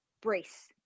brace